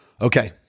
Okay